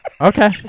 Okay